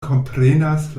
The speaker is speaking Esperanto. komprenas